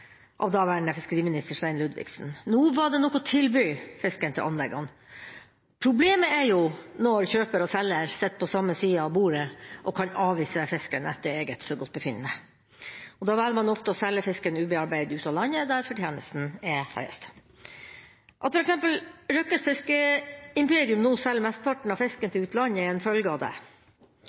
av daværende fiskeriminister Svein Ludvigsen. Nå var det nok å tilby fisken til anleggene. Problemet er når kjøper og selger sitter på samme side av bordet og kan avvise fisken etter eget forgodtbefinnende. Da velger man ofte å selge fisken ubearbeidet ut av landet, der fortjenesten er høyest. At f.eks. Røkkes fiskeimperium nå selger mesteparten av fisken til utlandet, er en følge av det.